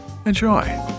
Enjoy